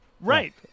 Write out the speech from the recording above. right